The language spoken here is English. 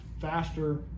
faster